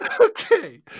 okay